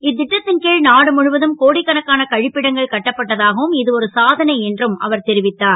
இத் ட்டத் ன் கி நாடு முழுவதும் கோடிக்கணக்கான க ப்பிடங்கள் கட்டப்பட்டதாகவும் இது ஒரு சாதனை என்றும் அவர் தெரிவித்தார்